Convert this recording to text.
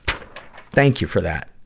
thank you for that.